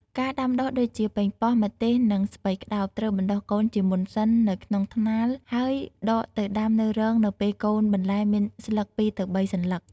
ការដាំដុះដូចជា ប៉េងប៉ោះ ម្ទេស និង ស្ពៃក្ដោប ត្រូវបណ្ដុះកូនជាមុនសិននៅក្នុងថ្នាល ហើយដកទៅដាំនៅរងនៅពេលកូនបន្លែមានស្លឹក ២ ទៅ ៣ សន្លឹក។